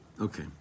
Okay